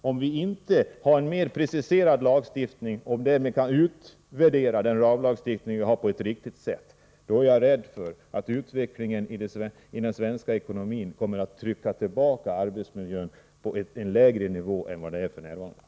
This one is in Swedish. Om vi inte har en mer preciserad lagstiftning och därmed kan utvärdera den ramlagstiftning vi har på ett riktigt sätt, är jag rädd för att utvecklingen i den svenska ekonomin kommer att leda till en tillbakagång inom arbetsmiljöområdet till en lägre nivå än f.n.